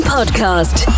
Podcast